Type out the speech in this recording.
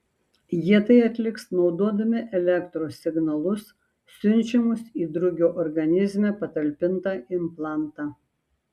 jie tai atliks naudodami elektros signalus siunčiamus į drugio organizme patalpintą implantą